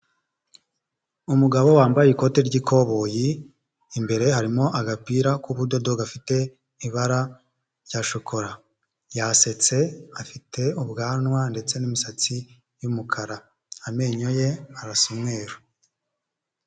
umugabo wambaye ikotE ry'ikoboyi, imbere Harimo agapira k'ubudodo gafite ibara rya shokora, yasetse afite ubwanwa ndetse n'imisatsi y'umukara. Amenyo ye arasa umweru.